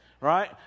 right